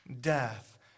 death